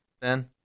Ben